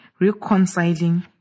reconciling